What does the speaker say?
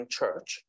church